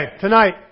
tonight